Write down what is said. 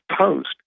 post